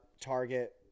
Target